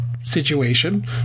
situation